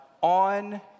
on